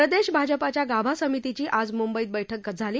प्रदेश भाजपाच्या गाभा समितीची आज मुंबईत बैठक झाली